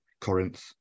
Corinth